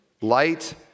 light